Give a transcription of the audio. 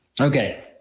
Okay